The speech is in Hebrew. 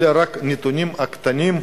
אלה רק הנתונים הקטנים,